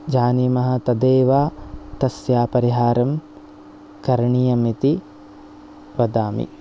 जानीमः तदेव तस्य परिहारं करणीयमिति वदामि